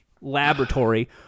laboratory